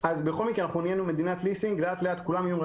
אז בכל מקרה נעשינו מדינת ליסינג ולאט-לאט כולם יהיו עם